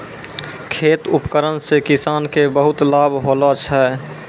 खेत उपकरण से किसान के बहुत लाभ होलो छै